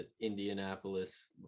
indianapolis